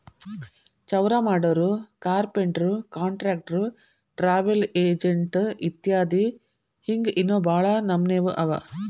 ಚೌರಾಮಾಡೊರು, ಕಾರ್ಪೆನ್ಟ್ರು, ಕಾನ್ಟ್ರಕ್ಟ್ರು, ಟ್ರಾವಲ್ ಎಜೆನ್ಟ್ ಇತ್ಯದಿ ಹಿಂಗ್ ಇನ್ನೋ ಭಾಳ್ ನಮ್ನೇವ್ ಅವ